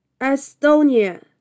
Estonia